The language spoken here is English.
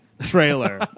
trailer